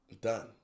done